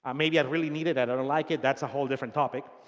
um maybe i really need it, i don't like it, that's a whole different topic.